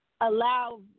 Allow